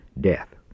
Death